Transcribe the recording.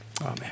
Amen